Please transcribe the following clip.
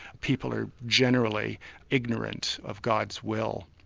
people are generally ignorant of god's will.